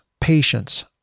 patience